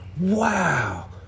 wow